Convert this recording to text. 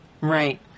Right